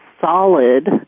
solid